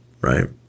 right